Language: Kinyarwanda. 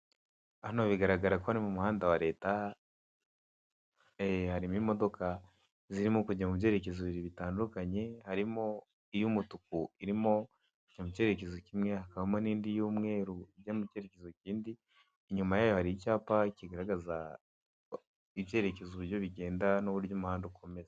Hano bigaragara ko ari mu muhanda wa Leta harimo imodoka zirimo kujya mubyerekezo bibiri bitandukanye, harimo iy'umutuku irimo kujya mu cyekerekezo kimwe hakabamo n'iy'umweru iri kujya mu cyerekezo kindi, inyuma yayo hari icyapa kigaragaza ibyerekezo uburyo bigenda n'uburyo umuhanda ukomeza.